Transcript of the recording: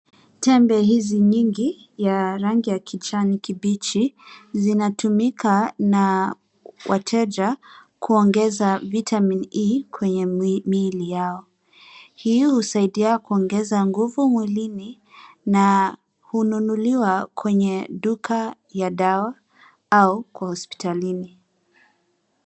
Tembe hizi nyingi ya rangi ya kijani kibichi zinatumika na wateja kuongeza vitamin E kwenye miili yao. Hii husaidia kuongeza nguvu mwilini na hununuliwa kwenye duka ya dawa au kwa hospitalini.